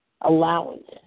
allowance